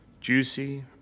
juicy